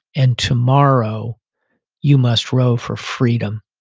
and tomorrow you must row for freedom,